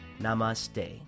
Namaste